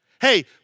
Hey